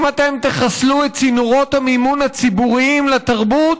אם אתם תחסלו את צינורות המימון הציבוריים לתרבות,